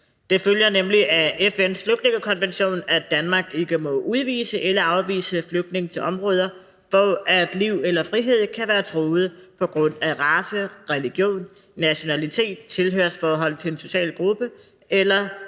Det følger nemlig af FN's flygtningekonvention, at Danmark ikke må udvise eller afvise en flygtning til områder, hvor dennes liv eller frihed kan være truet på grund af race, religion, nationalitet, tilhørsforhold til en social gruppe eller